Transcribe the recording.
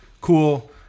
cool